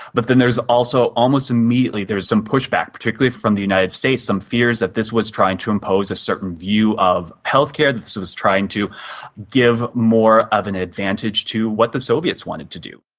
but then there's also, almost immediately there is some pushback, particularly from the united states, some fears that this was trying to impose a certain view of healthcare, this was trying to give more of an advantage to what the soviets wanted to do.